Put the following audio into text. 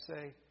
say